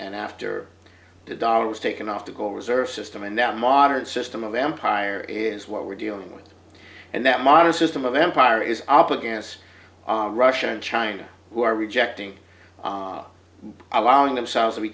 and after the dollar was taken off the gold reserve system and that modern system of empire is what we're dealing with and that modern system of empire is up against russia and china who are rejecting allowing themselves to be